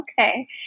Okay